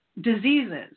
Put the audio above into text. diseases